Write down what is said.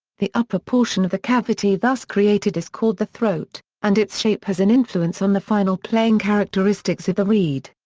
the upper portion of the cavity thus created is called the throat, and its shape has an influence on the final playing characteristics of the reed.